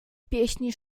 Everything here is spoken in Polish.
pieśni